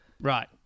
Right